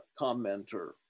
commenter